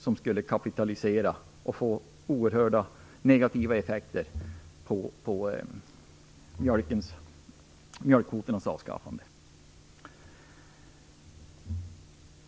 Den skulle kapitalisera och få oerhört negativa effekter när det gäller mjölkkvoternas avskaffande.